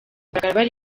kugaragara